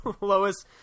Lois